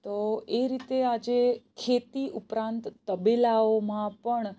તો એ રીતે આજે ખેતી ઉપરાંત તબેલાઓમાં પણ